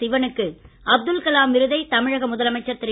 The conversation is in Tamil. சிவனுக்கு அப்துல்கலாம் விருதை தமிழக முதலமைச்சர் திரு